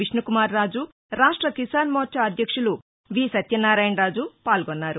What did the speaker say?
విష్ణుకుమార్ రాజు రాష్ట్ర కిసాన్మోర్చ అధ్యక్షులు వేటుకూరి సత్యన్నారాయణరాజు పాల్గొన్నారు